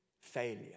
Failure